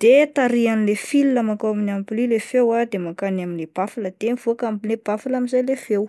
de tarihan'ilay fil makao amin'ny ampli le feo de makany amin'le bafla de mivoaka amin''ilay bafla amin'izay ilay feo.